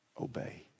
Obey